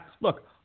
Look